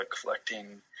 collecting